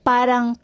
Parang